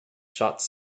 shots